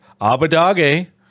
Abadage